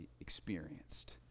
experienced